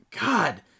God